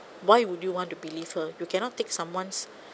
why would you want to believe her you cannot take someone's